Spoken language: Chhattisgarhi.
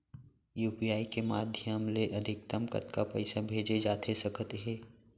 यू.पी.आई के माधयम ले अधिकतम कतका पइसा भेजे जाथे सकत हे?